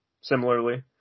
similarly